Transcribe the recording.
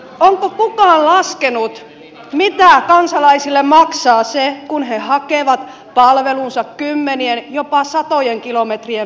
onko kukaan laskenut mitä kansalaisille maksaa se kun he hakevat palvelunsa kymmenien jopa satojen kilometrien päästä